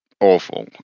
awful